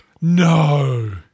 No